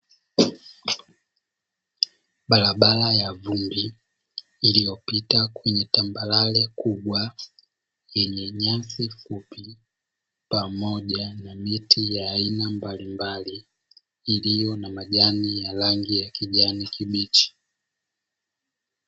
Barabara ya vumbi iliyopita kwenye tambarare kubwa yenye nyasi fupi pamoja na miti ya aina mbalimbali iliyo na majani ya rangi ya kijani kibichi.